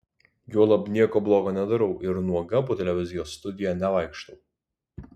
juolab nieko blogo nedarau ir nuoga po televizijos studiją nevaikštau